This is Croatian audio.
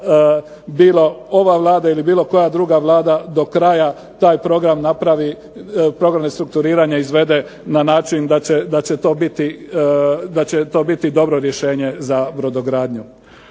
da bilo ova Vlada ili bilo koja druga vlada do kraja taj program napravi, program restrukturiranja izvede na način da će to biti dobro rješenje za brodogradnju.